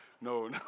no